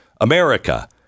America